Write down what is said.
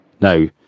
Now